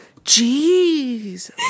Jeez